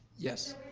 yes,